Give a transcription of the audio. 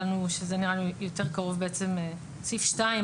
סעיף 2,